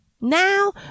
Now